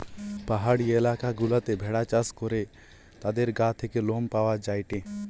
পাহাড়ি এলাকা গুলাতে ভেড়া চাষ করে তাদের গা থেকে লোম পাওয়া যায়টে